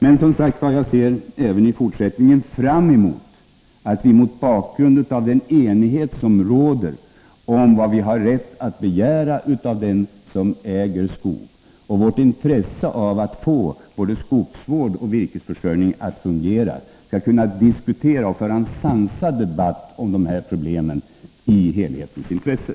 Jag ser alltså även i fortsättningen fram emot att vi mot bakgrund av den enighet som råder om vad vi har rätt att begära av den som äger skog och när det gäller vårt intresse av att få både skogsvård och virkesförsörjning att fungera skall kunna föra en sansad debatt och diskutera de här problemen i helhetens intresse.